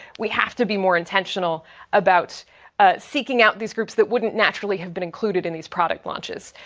we have to be more intentional about seeking out these groups that wouldn't naturally have been included in these product launches.